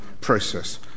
process